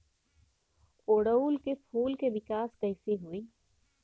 ओड़ुउल के फूल के विकास कैसे होई?